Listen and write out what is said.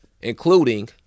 including